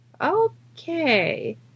Okay